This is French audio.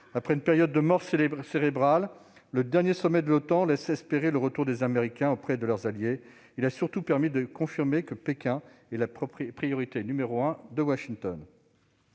Après une période de « mort cérébrale », le dernier sommet de l'OTAN a laissé espérer le retour des Américains auprès de leurs alliés. Il a surtout permis de confirmer que Pékin est la priorité numéro un de Washington.